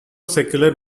secular